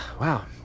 wow